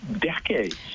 decades